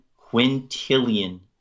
quintillion